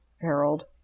Harold